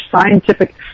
scientific